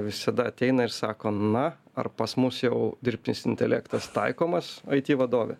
visada ateina ir sako na ar pas mus jau dirbtnis intelektas taikomas aiti vadovė